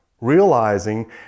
realizing